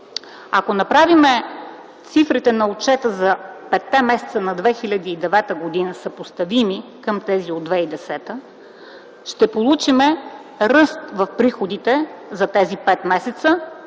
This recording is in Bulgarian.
Ако направим цифрите на отчета за петте месеца на 2009 г. съпоставими към тези от 2010 г., ще получим ръст в приходите за тези пет месеца